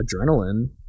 adrenaline